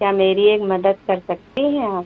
क्या मेरी एक मदद कर सकती हैं आप